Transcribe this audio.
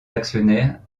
actionnaires